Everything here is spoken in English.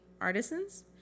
artisans